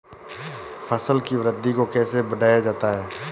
फसल की वृद्धि को कैसे बढ़ाया जाता हैं?